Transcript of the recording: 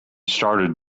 started